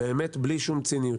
בלי שום ציניות,